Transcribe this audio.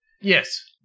Yes